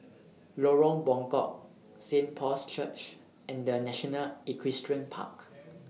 Lorong Buangkok Saint Paul's Church and The National Equestrian Park